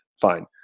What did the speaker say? Fine